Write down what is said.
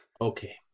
Okay